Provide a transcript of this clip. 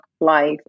life